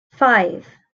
five